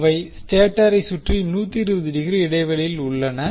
அவை ஸ்டேட்டரைச் சுற்றி 120 டிகிரி இடைவெளியில் உள்ளன